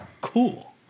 cool